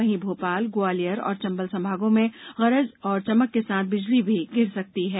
वहीं भोपाल ग्वालियर और चंबल संभागों में गरज और चमक के साथ बिजली भी गिर सकती है